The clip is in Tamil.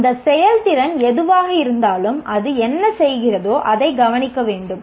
அந்த செயல்திறன் எதுவாக இருந்தாலும் அது என்ன செய்கிறதோ அதைக் கவனிக்க வேண்டும்